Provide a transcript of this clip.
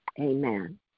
amen